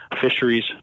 fisheries